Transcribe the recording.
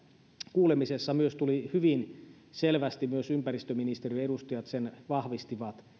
kuulemisessa tuli hyvin selvästi esiin myös ympäristöministeriön edustajat sen vahvistivat